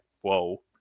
whoa